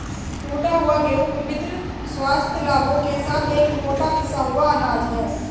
टूटा हुआ गेहूं विभिन्न स्वास्थ्य लाभों के साथ एक मोटा पिसा हुआ अनाज है